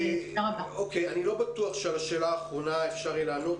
אני לא בטוח שעל השאלה האחרונה ניתן יהיה לענות.